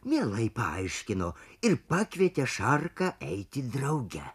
mielai paaiškino ir pakvietė šarką eiti drauge